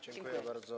Dziękuję bardzo.